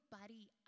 buddy